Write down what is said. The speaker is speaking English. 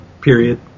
Period